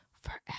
forever